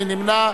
מי נמנע?